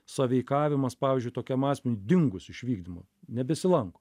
sąveikavimas pavyzdžiui tokiam asmeniui dingus iš vykdymo nebesilanko